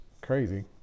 crazy